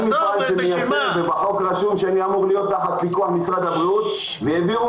בחוק כתוב שאני אמור להיות תחת פיקוח משרד הבריאות והעבירו